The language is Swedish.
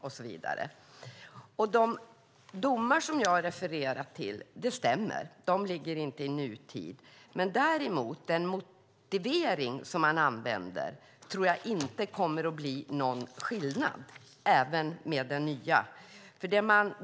Det stämmer att de domar som jag har refererat till inte ligger i nutid. Däremot när det gäller den motivering som man använder tror jag inte att det kommer att bli någon skillnad med det nya.